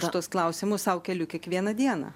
šituos klausimus sau keliu kiekvieną dieną